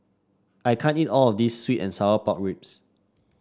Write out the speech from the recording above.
I can't eat all of this sweet and Sour Pork Ribs